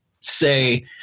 say